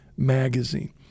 magazine